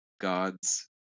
god's